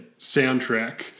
soundtrack